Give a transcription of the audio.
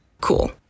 Cool